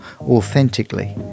authentically